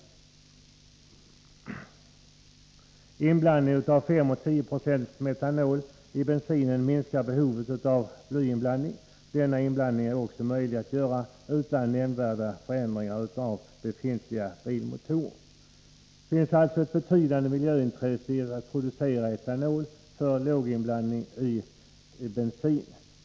Inblandning av 5-10 26 etanol i bensinen minskar behovet av blyinblandning. Etanolinblandningen är också möjlig att göra utan nämnvärda förändringar av befintliga bilmotorer. Det finns alltså ett betydande miljöintresse i att producera etanol för låginblandning i bensin.